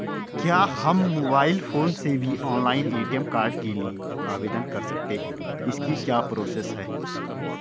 क्या हम mobile phone से भी ऑनलाइन ए.टी.एम कार्ड के लिए आवेदन कर सकते हैं इसकी क्या प्रोसेस है?